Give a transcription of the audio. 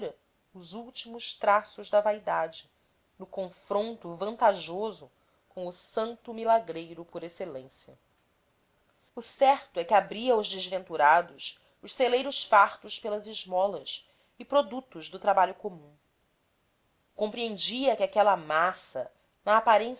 os últimos traços da vaidade no confronto vantajoso com o santo milagreiro por excelência o certo é que abria aos desventurados os celeiros fartos pelas esmolas e produtos do trabalho comum compreendia que aquela massa na aparência